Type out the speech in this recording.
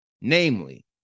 namely